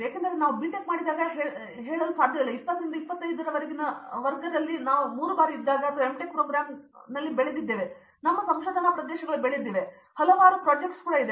ಏಕೆಂದರೆ ನಾವು ಬಿಟೆಕ್ ಮಾಡಿದಾಗ ನಾವು ಹೇಳಲು ಸಾಧ್ಯವಿಲ್ಲ 20 ರಿಂದ 25 ರವರೆಗಿನ ವರ್ಗದಲ್ಲಿ ನಾವು 3 ಬಾರಿ ಇದ್ದಾಗ ಅಥವಾ ಎಮ್ಟೆಕ್ ಪ್ರೋಗ್ರಾಂಗಳು ಬೆಳೆದವು ನಮ್ಮ ಸಂಶೋಧನಾ ಪ್ರದೇಶಗಳು ಬೆಳೆದವು ಮತ್ತು ಹಲವಾರು ಯೋಜನೆಗಳು ಕೂಡಾ ಇವೆ